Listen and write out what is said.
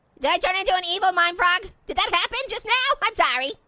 did i turn into an evil mime frog? did that happened just now, i'm sorry.